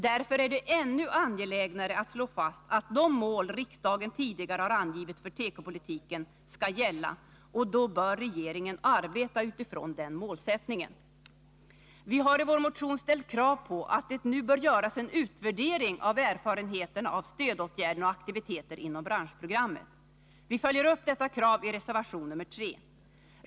Därför är det ännu angelägnare att slå fast att de mål riksdagen tidigare har angivit för tekopolitiken skall gälla. Och då bör regeringen arbeta utifrån den målsättningen. Vi har i vår motion ställt krav på att det nu görs en utvärdering av erfarenheterna av stödåtgärderna och aktiviteter inom branschprogrammet. Vi följer upp detta krav i reservation nr 3.